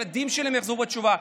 או שילדים שלהם יחזרו בתשובה.